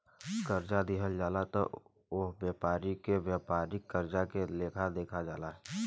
कर्जा दिहल जाला त ओह व्यापारी के व्यापारिक कर्जा के लेखा देखल जाला